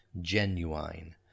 genuine